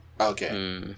Okay